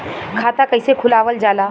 खाता कइसे खुलावल जाला?